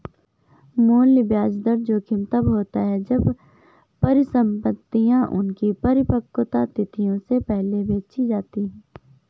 मूल्य ब्याज दर जोखिम तब होता है जब परिसंपतियाँ उनकी परिपक्वता तिथियों से पहले बेची जाती है